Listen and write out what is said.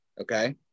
okay